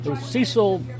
Cecil